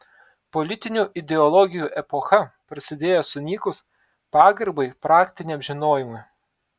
politinių ideologijų epocha prasidėjo sunykus pagarbai praktiniam žinojimui